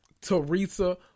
Teresa